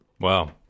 Wow